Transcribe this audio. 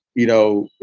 you know,